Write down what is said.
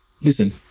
listen